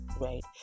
right